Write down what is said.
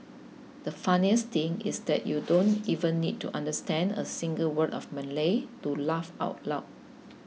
the funniest thing is that you don't even need to understand a single word of Malay to laugh out loud